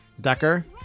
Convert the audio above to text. Decker